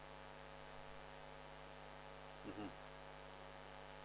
mmhmm